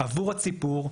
עבור הציבור,